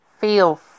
feel